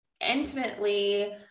intimately